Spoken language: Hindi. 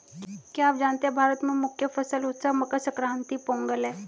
क्या आप जानते है भारत में मुख्य फसल उत्सव मकर संक्रांति, पोंगल है?